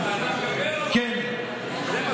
אז אני תלמיד של הרב עובדיה, וטוב לי עם זה.